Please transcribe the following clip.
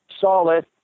solid